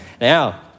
Now